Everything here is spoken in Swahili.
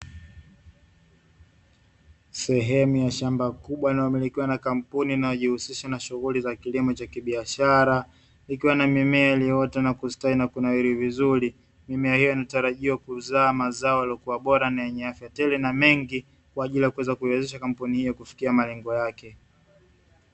Sehemu ya shamba kubwa inayomilikiwa na kampuni inayojihusisha na shughuli za kilimo cha kibiashara, likiwa na mimea iliyoota na kustawi na kunawiri vizuri, mimea hiyo inatarajiwa kuzaa mazao yaliyokuwa bora na yenye afya tele na mengi kwa ajili ya kuweza kuwezesha kampuni hiyo kufikia malengo yake.